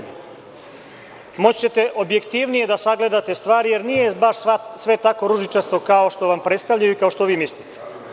Moći ćete objektivnije da sagledate stvari, jer nije sve tako ružičasto, kao što vam predstavljaju, kao što vi mislite.